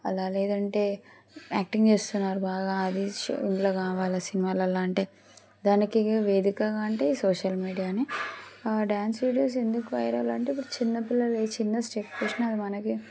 అలా లేదంటే యాక్టింగ్ చేస్తున్నారు బాగా అది ఇంట్లో కావాలి సినిమాలలో అంటే దానికి వేదికగా అంటే సోషల్ మీడియానే డ్యాన్స్ వీడియోస్ ఎందుకు వైరల్ అంటే ఇప్పుడు చిన్నపిల్లలు చిన్న స్టెప్ వేసినా అది మనకి